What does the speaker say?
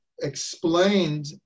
explained